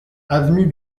avenue